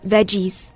Veggies